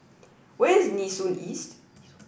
where is Nee Soon East